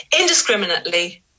indiscriminately